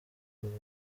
bari